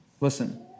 Listen